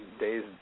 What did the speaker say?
Days